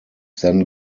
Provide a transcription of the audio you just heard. then